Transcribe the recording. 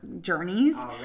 journeys